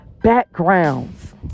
backgrounds